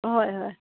হয় হয়